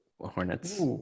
hornets